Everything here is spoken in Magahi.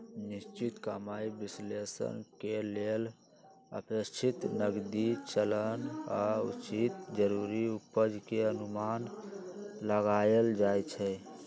निश्चित कमाइ विश्लेषण के लेल अपेक्षित नकदी चलन आऽ उचित जरूरी उपज के अनुमान लगाएल जाइ छइ